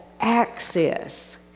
access